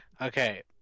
Okay